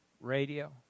Radio